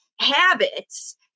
habits